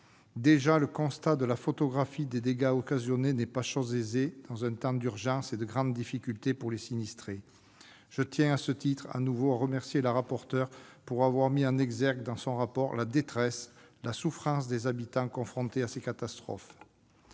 Le constat et la photographie des dégâts occasionnés ne sont déjà pas chose aisée dans un temps d'urgence et de grande difficulté pour les sinistrés. Je tiens, à cet égard, à remercier de nouveau la rapporteure d'avoir mis en exergue, dans son rapport, la détresse et la souffrance des habitants confrontés à ces catastrophes.